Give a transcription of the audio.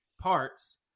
parts